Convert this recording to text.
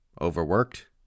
Overworked